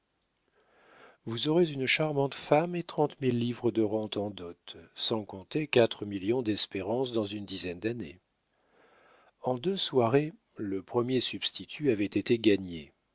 vous aurez une charmante femme et trente mille livres de rente en dot sans compter quatre millions d'espérance dans une dizaine d'années en deux soirées le premier substitut avait été gagné